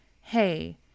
hey